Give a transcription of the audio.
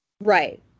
Right